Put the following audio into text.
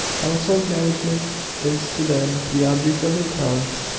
household management is to them the object of their talents,